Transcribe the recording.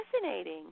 fascinating